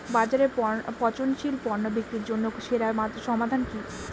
বাজারে পচনশীল পণ্য বিক্রির জন্য সেরা সমাধান কি?